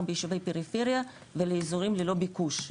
ביישובי פריפריה ולאזורים ללא ביקוש.